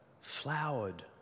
flowered